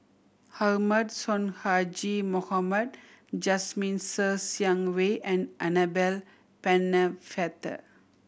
Ahmad Sonhadji Mohamad Jasmine Ser Xiang Wei and Annabel Pennefather